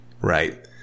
Right